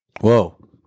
Whoa